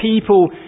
people